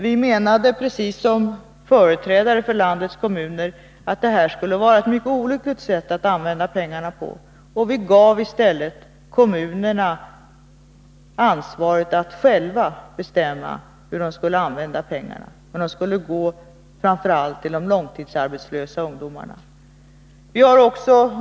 Vi menade, precis som företrädare för landets kommuner, att detta skulle vara ett mycket olyckligt sätt att använda pengarna på, och vi gav i stället kommunerna ansvaret att själva bestämma hur de skulle använda pengarna — om de skulle gå framför allt till de långtidsarbetslösa ungdomarna.